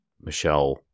Michelle